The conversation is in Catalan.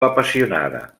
apassionada